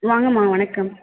வாங்க அம்மா வணக்கம்